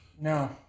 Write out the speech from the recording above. No